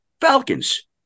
Falcons